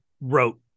wrote